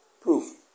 Proof